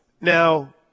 Now